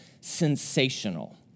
sensational